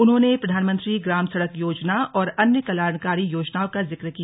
उन्होंने प्रधानमंत्री ग्राम सड़क योजना और अन्य कल्याणकारी योजनाओं का जिक्र किया